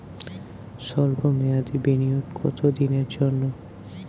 সল্প মেয়াদি বিনিয়োগ কত দিনের জন্য?